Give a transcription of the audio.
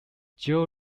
joule